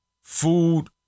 food